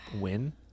win